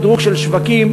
שדרוג של שווקים,